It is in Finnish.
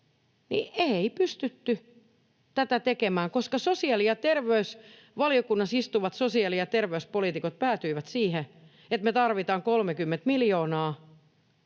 Ei pystytty tätä tekemään, koska sosiaali- ja terveysvaliokunnassa istuvat sosiaali- ja terveyspoliitikot päätyivät siihen, että me tarvitaan 30 miljoonaa